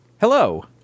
Hello